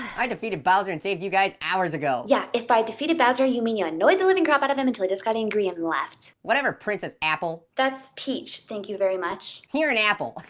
i defeated bowser and saved you guys hours ago. yeah, if by defeating bowser you mean you annoyed the living crap out of him until he just got angry and left. whatever, princess apple. that's peach, thank you very much. you're an apple.